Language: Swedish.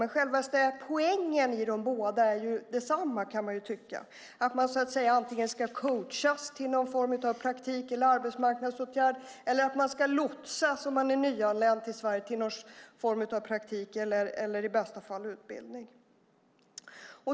Men själva poängen med båda är densamma, att man så att säga antingen ska coachas till någon form av praktik eller arbetsmarknadsåtgärd eller att man, om man är nyanländ till Sverige, ska lotsas till någon form av praktik eller i bästa fall utbildning.